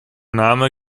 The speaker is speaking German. name